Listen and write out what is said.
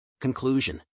Conclusion